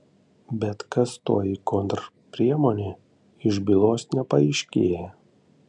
bet kas toji kontrpriemonė iš bylos nepaaiškėja